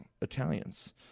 italians